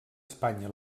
espanya